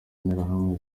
nterahamwe